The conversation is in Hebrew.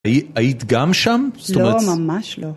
היית גם שם? לא, ממש לא.